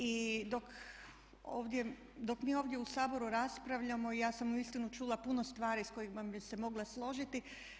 I dok mi ovdje u Saboru raspravljamo ja sam uistinu čula puno stvari s kojima bih se mogla složiti.